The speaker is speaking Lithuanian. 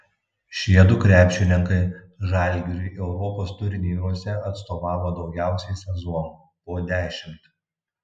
šiedu krepšininkai žalgiriui europos turnyruose atstovavo daugiausiai sezonų po dešimt